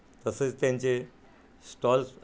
तसेच त्यांचे स्टॉल्स